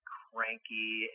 cranky